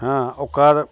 हँ ओकर